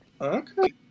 Okay